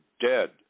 dead